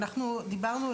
דיברנו,